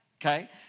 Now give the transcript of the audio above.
okay